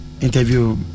interview